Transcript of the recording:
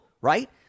right